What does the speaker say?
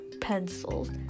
pencils